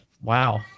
wow